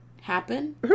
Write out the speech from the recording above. happen